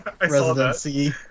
residency